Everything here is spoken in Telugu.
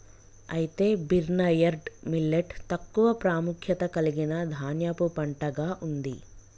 అయితే బిర్న్యర్డ్ మిల్లేట్ తక్కువ ప్రాముఖ్యత కలిగిన ధాన్యపు పంటగా ఉంది